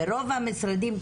ברוב המשרדים,